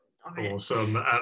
awesome